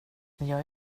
jag